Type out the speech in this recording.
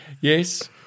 yes